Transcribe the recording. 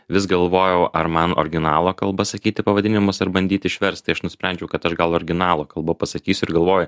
vis galvojau ar man originalo kalba sakyti pavadinimus ar bandyt išverst tai aš nusprendžiau kad aš gal originalo kalba pasakysiu ir galvoju